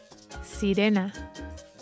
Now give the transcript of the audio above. Sirena